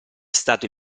stato